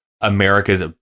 America's